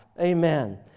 Amen